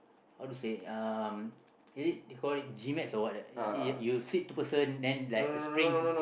how to say um is it they call it G-Max or what that you sit two person then like spring